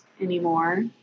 anymore